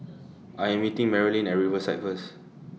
I Am meeting Marilynn At Riverside First